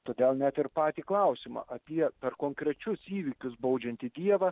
todėl net ir patį klausimą apie per konkrečius įvykius baudžiantį dievą